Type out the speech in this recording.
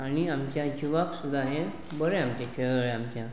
आनी आमच्या जिवाक सुद्दां हें बरें आमचें खेळ आमच्या